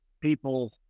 People